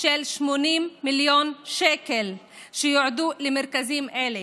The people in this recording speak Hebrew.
של 80 מיליון שקל שיועדו למרכזים אלה,